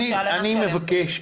אני מבקש,